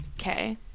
okay